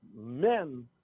men